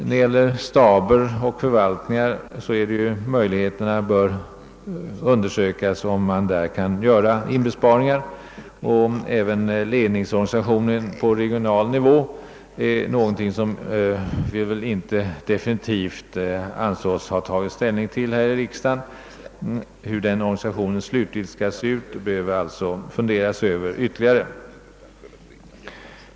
Beträffande staber och förvaltningar bör möjligheterna undersökas att där göra besparingar. Man behöver också fundera ytterligare över hur ledningsorganisationen på regional nivå slutgiltigt skall utformas — vi anser oss väl inte definitivt ha tagit ställning till det här i riksdagen.